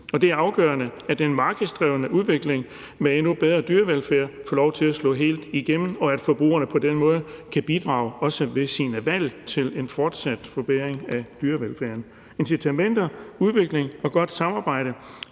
Det er afgørende, at den markedsdrevne udvikling med endnu bedre dyrevelfærd får lov til at slå helt igennem, og at forbrugerne på den måde kan bidrage også ved deres valg til en fortsat forbedring af dyrevelfærden. Incitamenter, udvikling og godt samarbejde